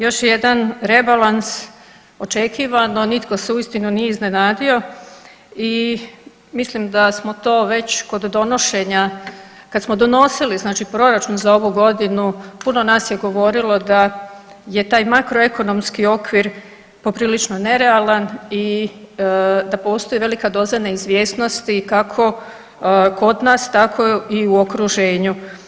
Još jedan rebalans, očekivano nitko se uistinu nije iznenadio i mislim da smo to već kod donošenja, kad smo donosili znači proračun za ovu godinu puno nas je govorilo da je taj makroekonomski okvir poprilično nerealan i da postoji velika doza neizvjesnosti kako kod nas tako i u okruženju.